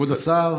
כבוד השר,